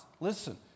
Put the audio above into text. Listen